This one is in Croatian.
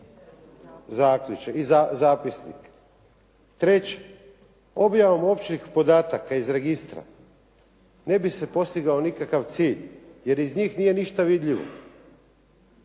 gospođo zapisnik. Treće, objavom općih podataka iz registra, ne bi se postigao nikakav cilj, jer iz njih nije ništa vidljivo.